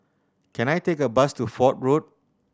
can I take a bus to Fort Road